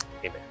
Amen